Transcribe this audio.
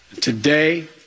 Today